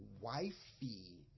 wifey